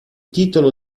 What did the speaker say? titolo